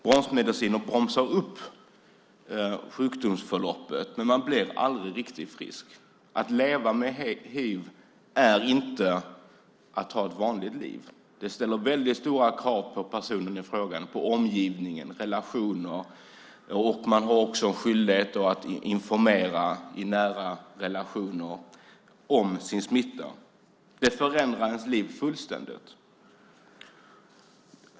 Bromsmedicinen bromsar upp sjukdomsförloppet, men man blir aldrig riktigt frisk. Att leva med hiv är inte att ha ett vanligt liv. Det ställer väldigt stora krav på personen i fråga, på omgivningen och på relationer. Man har också en skyldighet att informera om sin smitta i nära relationer. Det förändrar ens liv fullständigt.